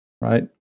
right